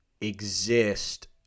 exist